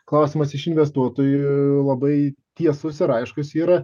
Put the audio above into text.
klausimas iš investuotojų labai tiesus ir aiškus yra